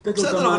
בסדר,